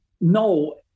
No